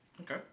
Okay